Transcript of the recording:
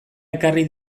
ekarri